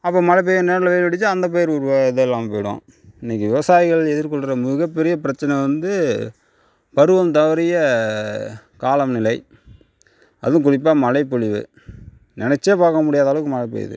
அப்போ மழை பெய்கிற நேரத்தில் வெயில் அடித்து அந்த பயிர் உருவாகிறதே இல்லாமல் போய்டும் இன்னைக்கி விவசாயிகள் எதிர் கொள்கிற மிக பெரிய பிரச்சனை வந்து பருவம் தவறிய காலநிலை அதுவும் குறிப்பாக மழை பொழிவு நெனைச்சே பார்க்க முடியாத அளவுக்கு மழை பெய்யுது